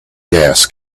gas